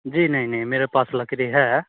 जी नहीं नहीं मेरे पास लकड़ी है